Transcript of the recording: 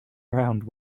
around